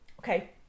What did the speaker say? Okay